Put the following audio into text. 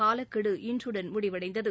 காலக்கெடு இன்றுடன் முடிவடைந்தது